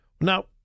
Now